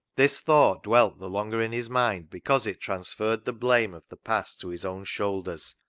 this thought dwelt the longer in his mind because it transferred the blame of the past to his own shoulders,